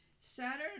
Saturn